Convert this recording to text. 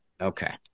Okay